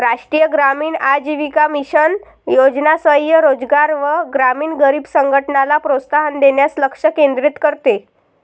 राष्ट्रीय ग्रामीण आजीविका मिशन योजना स्वयं रोजगार व ग्रामीण गरीब संघटनला प्रोत्साहन देण्यास लक्ष केंद्रित करते